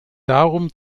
darum